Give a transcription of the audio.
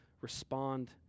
respond